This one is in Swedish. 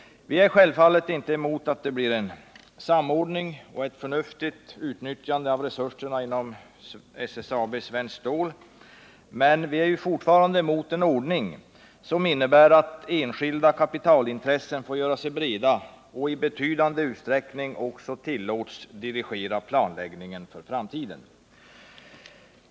Vi är självfallet inte emot att det blir en samordning och ett förnuftigt utnyttjande av resurserna inom SSAB Svenskt Stål AB. Men vi är fortfarande emot en ordning som innebär att enskilda kapitalintressen får göra sig breda och i betydande utsträckning tillåts dirigera planläggningen för framtiden.